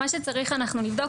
מה שצריך אנחנו נבדוק,